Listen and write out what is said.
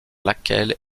laquelle